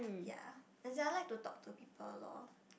ya as in I like to talk to people loh